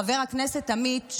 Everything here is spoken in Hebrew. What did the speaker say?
חבר הכנסת עמית,